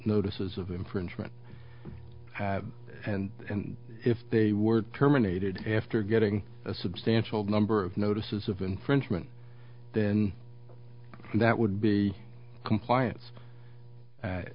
notices of infringement and if they were terminated after getting a substantial number of notices of infringement then that would be complian